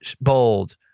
bold